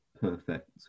perfect